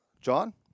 John